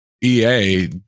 EA